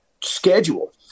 schedule